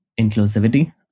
inclusivity